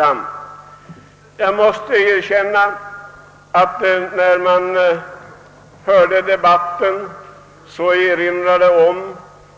När jag lyssnade till debatten erinrade jag